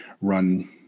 run